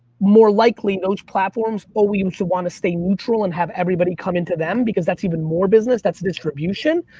more likely in those platforms, but we um should wanna stay neutral and have everybody come into them because that's even more business, that's the distribution.